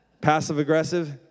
Passive-aggressive